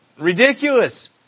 ridiculous